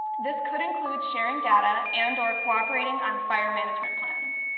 this could include sharing data and or cooperating on fire management plans.